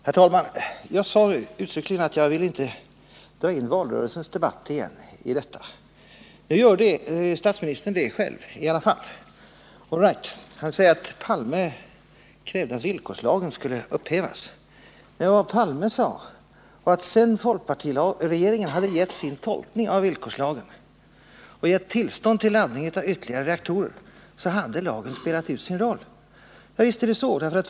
Herr talman! Jag sade uttryckligen att jag inte ville dra in valrörelsens debatt i detta. Nu gör statsministern det i alla fall, all right. Statsministern säger att Olof Palme krävde att villkorslagen skulle upphävas, men vad Olof Palme egentligen sade var att sedan folkpartiregeringen hade gjort sin tolkning av villkorslagen och givit tillstånd till laddning av ytterligare reaktorer, så hade lagen spelat ut sin roll. Och visst är det så!